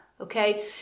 Okay